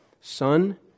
Son